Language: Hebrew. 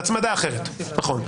הצמדה אחרת, זה יותר נכון.